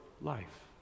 life